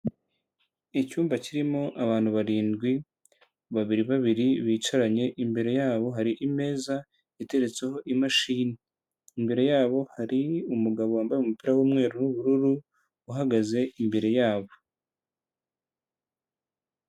Icyumba kirimo abantu barindwi, babiri babiri bicaranye, imbere yabo hari imeza iteretseho imashini, imbere yabo hari umugabo wambaye umupira w'umweru n'ubururu uhagaze imbere yabo.